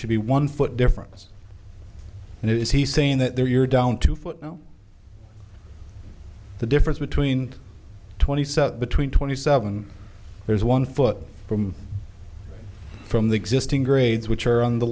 should be one foot difference and is he saying that there you're down two foot know the difference between twenty seven between twenty seven there's one foot from from the existing grades which are on the